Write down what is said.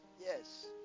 yes